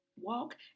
walk